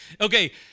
Okay